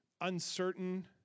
uncertain